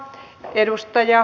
arvoisa puhemies